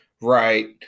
Right